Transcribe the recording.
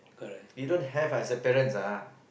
you don't have as a parents ah